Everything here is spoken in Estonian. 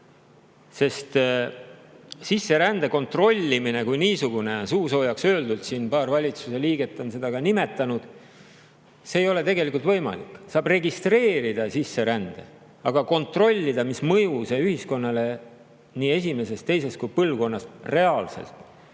Sest sisserände kontrollimine kui niisugune, suusoojaks siin paar valitsuse liiget on seda nimetanud, ei ole tegelikult võimalik. Saab registreerida sisserände, aga kontrollida, mis mõju see ühiskonnale esimeses-teises põlvkonnas reaalselt